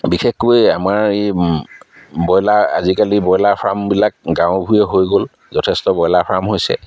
বিশেষকৈ আমাৰ এই ব্ৰইলাৰ আজিকালি ব্ৰইলাৰ ফাৰ্মবিলাক গাঁৱৰ ভূঞে হৈ গ'ল যথেষ্ট ব্ৰইলাৰ ফাৰ্ম হৈছে